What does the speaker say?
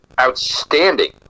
outstanding